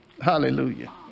Hallelujah